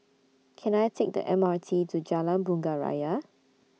Can I Take The M R T to Jalan Bunga Raya